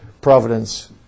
providence